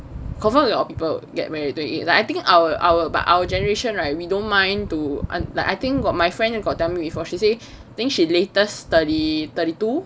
confirm got people get married at twenty eight like I think our our but our generation right we don't mind to like I think got my friend got tell me before like she say think she latest thirty thirty two